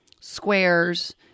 squares